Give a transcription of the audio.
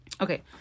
Okay